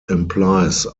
implies